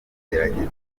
igerageza